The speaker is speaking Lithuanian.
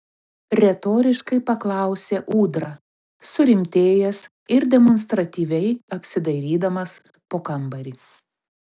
retoriškai paklausė ūdra surimtėjęs ir demonstratyviai apsidairydamas po kambarį